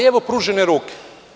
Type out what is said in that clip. Evo pružene ruke.